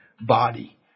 body